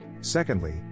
Secondly